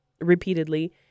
repeatedly